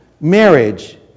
marriage